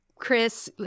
Chris